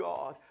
God